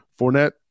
Fournette